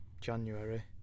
January